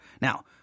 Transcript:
Now